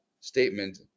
statement